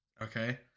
Okay